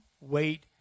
wait